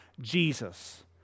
Jesus